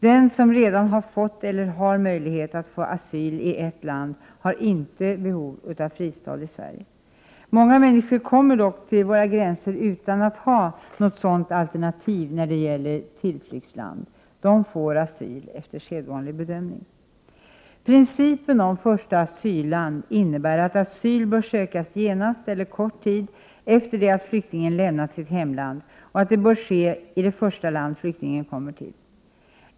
Den som redan har fått eller har möjlighet att få asyl i ett annat land har inte behov av fristad i Sverige. Många människor kommer dock till våra gränser utan att ha något sådant alternativ när det gäller tillflyktsland. De får asyl efter sedvanlig bedömning. Principen om första asylland innebär att asyl bör sökas genast eller kort tid efter det att flyktingen lämnat sitt hemland och att det bör ske i det första land flyktingen kommer till.